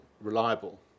reliable